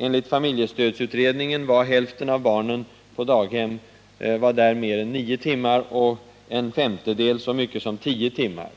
Enligt familjestödsutredningen var hälften av barnen på daghem mer än nio timmar och en femtedel så mycket som tio timmar.